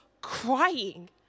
crying